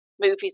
movies